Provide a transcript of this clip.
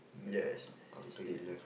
yes he is dead